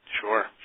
Sure